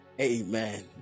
Amen